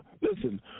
listen